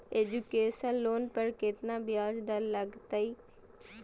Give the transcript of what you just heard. Education loan पर केतना ब्याज दर लगतई?